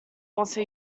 also